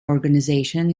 organization